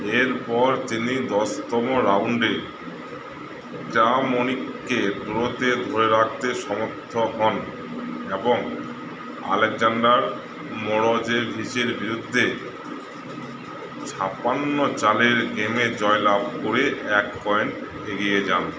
এরপর তিনি দশতম রাউন্ডে ত্রামনিককে দ্রতে ধরে রাখতে সমর্থ হন এবং আলেকজাণ্ডার মোরোজেভিচের বিরুদ্ধে ছাপ্পান্ন চালের গেমে জয়লাভ করে এক পয়েন্ট এগিয়ে যান